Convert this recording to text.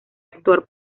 actor